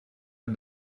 and